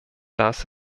das